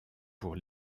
pour